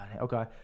okay